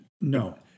No